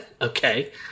Okay